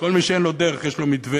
כל מי שאין לו דרך יש לו מתווה.